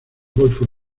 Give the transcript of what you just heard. golfo